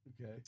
Okay